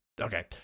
Okay